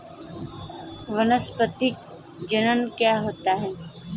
वानस्पतिक जनन क्या होता है?